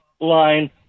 line